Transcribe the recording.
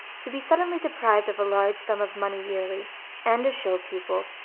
to be suddenly deprived of a large sum of money yearly and a show pupil,